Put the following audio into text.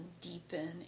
deepen